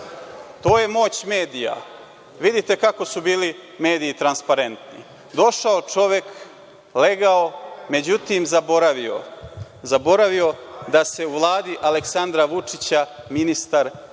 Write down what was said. To je moć medija. Vidite kako su bili mediji transparentni. Došao čovek, legao. Međutim, zaboravio, zaboravio da se u Vladi Aleksandra Vučića ministar koji